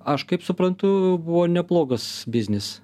aš kaip suprantu buvo neblogas biznis